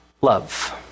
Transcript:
love